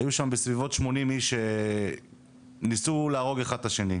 היו שם בסביבות 80 איש שניסו להרוג אחד את השני.